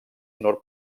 honor